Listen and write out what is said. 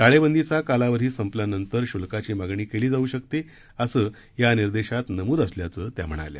टाळेबंदीचा कालावधी संपल्यानंतर श्ल्काची मागणी केली जाऊ शकते असं या निर्देशांत नमुद असल्याचं त्या म्हणाल्या